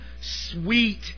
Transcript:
sweet